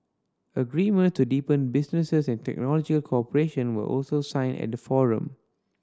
agreement to deepen business and technological cooperation were also signed at the forum